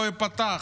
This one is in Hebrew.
לא תיפתח,